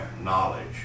knowledge